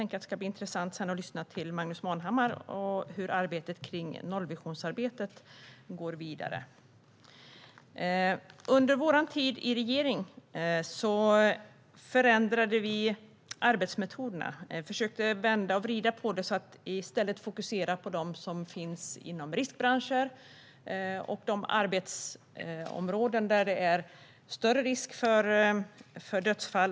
Det ska bli intressant att lyssna till vad Magnus Manhammar har att säga om hur nollvisionsarbetet går vidare. Under vår tid i regering förändrade vi arbetsmetoderna. Vi försökte vända och vrida på detta för att i stället fokusera på dem som finns inom riskbranscher och de arbetsområden där det är större risk för dödsfall.